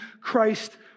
Christ